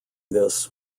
this